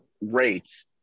rates